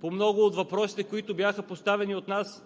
По много от въпросите, които бяха поставени от нас